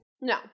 No